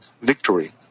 victory